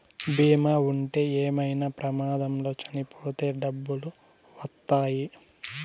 బీమా ఉంటే ఏమైనా ప్రమాదంలో చనిపోతే డబ్బులు వత్తాయి